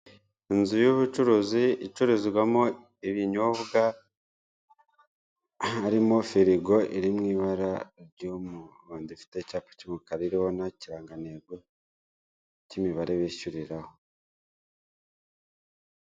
Inzu y'ubucuruzi icururizwamo ibinyobwa harimo firigo iri mu ibara ry'umuhondo, ifite icyapa cy'umukara iriho n'ikirangantego cy'imibare bishyuriraho.